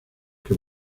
que